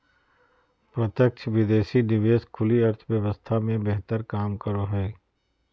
प्रत्यक्ष विदेशी निवेश खुली अर्थव्यवस्था मे बेहतर काम करो हय